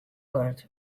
earth